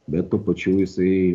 bet tuo pačiu jisai